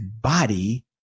body